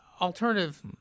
alternative